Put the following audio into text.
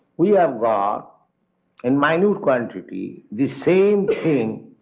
we have got in minute quantity, the same thing,